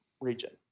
region